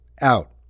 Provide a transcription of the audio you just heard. out